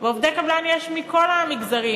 יש עובדי קבלן מכל המגזרים.